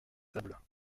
sables